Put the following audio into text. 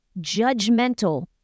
judgmental